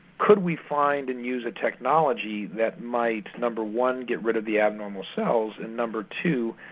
could we find and use a technology that might number one, get rid of the abnormal cells and number two,